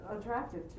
attractive